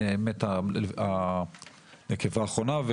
מתה הנקבה האחרונה.